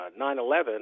9-11